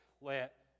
Let